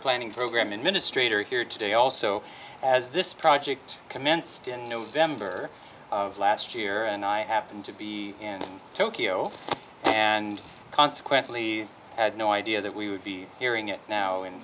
planning program administrators here today also as this project commenced in november of last year and i happened to be and tokyo and consequently had no idea that we would be hearing it now in